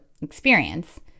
experience